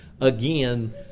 again